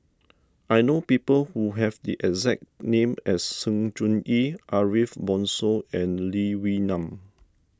I know people who have the exact name as Sng Choon Yee Ariff Bongso and Lee Wee Nam